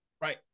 Right